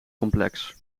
complex